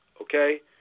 okay